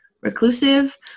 reclusive